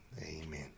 Amen